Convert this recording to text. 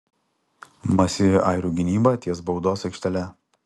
masyvi airių gynyba ties baudos aikštele